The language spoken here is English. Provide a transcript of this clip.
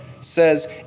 says